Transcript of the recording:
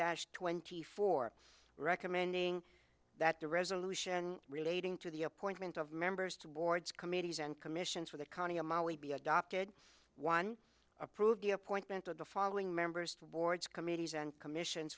dash twenty four recommending that the resolution relating to the appointment of members towards committees and commissions for the county be adopted one approved the appointment of the following members boards committees and commissions